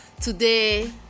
Today